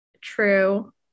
True